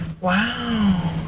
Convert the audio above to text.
Wow